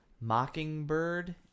Mockingbird